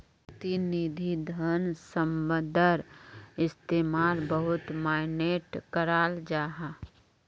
प्रतिनिधि धन शब्दर इस्तेमाल बहुत माय्नेट कराल जाहा